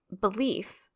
belief